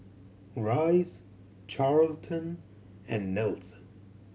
Rice Charlton and Nelson